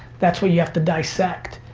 that's when you have to dissect.